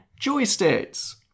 Joysticks